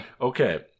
okay